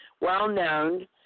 well-known